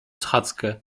schadzkę